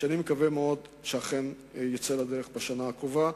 שאני מקווה מאוד שאכן יצא לדרך בשנה הקרובה,